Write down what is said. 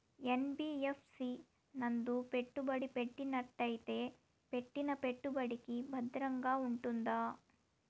NBFC నందు పెట్టుబడి పెట్టినట్టయితే పెట్టిన పెట్టుబడికి భద్రంగా ఉంటుందా?